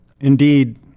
indeed